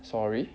sorry